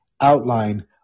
outline